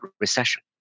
recession